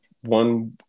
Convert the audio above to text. one